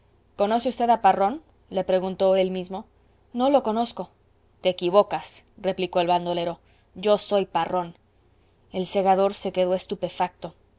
conoce v a parrón le preguntó él mismo no lo conozco te equivocas replicó el bandolero yo soy parrón el segador se quedó estupefacto